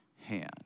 hand